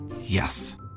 Yes